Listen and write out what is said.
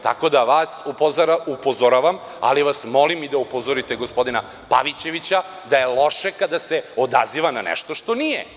Tako da vas upozoravam, ali vas molim i da upozorite gospodina Pavićevića da je loše kada se odaziva na nešto što nije.